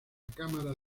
cámara